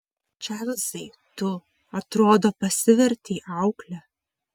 čarlzai tu atrodo pasivertei aukle